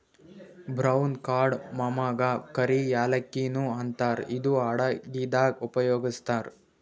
brown ಕಾರ್ಡಮಮಗಾ ಕರಿ ಯಾಲಕ್ಕಿ ನು ಅಂತಾರ್ ಇದು ಅಡಗಿದಾಗ್ ಉಪಯೋಗಸ್ತಾರ್